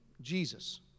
Jesus